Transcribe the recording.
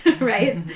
right